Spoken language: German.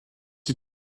die